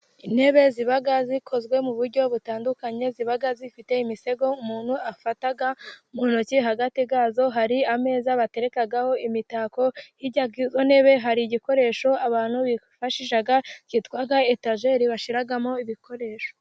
Intebe ziba zikozwe mu buryo butandukanye, ziba zifite imisego umuntu afata mu ntoki, hagati ya zo hari ameza baterekaho imitako, hirya y'izo ntebe hari igikoresho abantu bifashisha cyitwa etajeri bashyiramo ibikoresho.